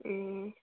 ए